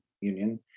Union